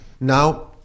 now